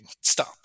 Stop